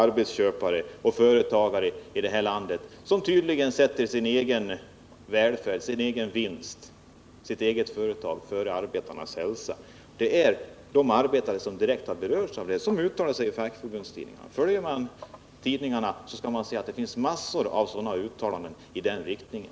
Det gäller företagare i det här landet som sätter sin egen välfärd, sin egen vinst, sitt eget företag före arbetarnas hälsa. Det är de arbetare som direkt berörs av detta som uttalar sig i fackförbundstidningarna. Följer man med där skall man se att det finns mängder av uttalanden i den riktningen.